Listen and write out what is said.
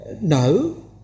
no